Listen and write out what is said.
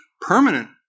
permanent